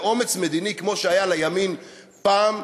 לאומץ מדיני כמו שהיה לימין פעם,